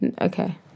Okay